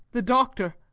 the doctor!